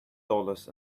dollars